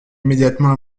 immédiatement